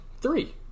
three